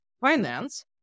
finance